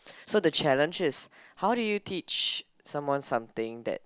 so the challenge is how do you teach someone something that